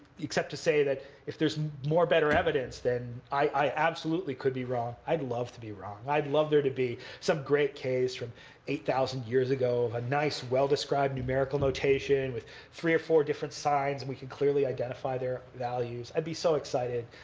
except to say that, if there's more better evidence, then i absolutely could be wrong. i'd love to be wrong. i'd love there to be some great case from eight thousand years ago, a nice well-described numerical notation with three or four different signs. and we can clearly identify their values. i'd be so excited.